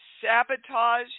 sabotage